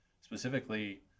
specifically